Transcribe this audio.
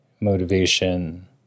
motivation